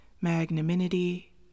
magnanimity